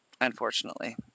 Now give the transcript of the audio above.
Unfortunately